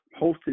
hosted